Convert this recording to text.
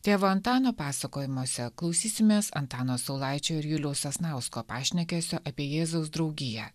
tėvo antano pasakojimuose klausysimės antano saulaičio ir juliaus sasnausko pašnekesio apie jėzaus draugiją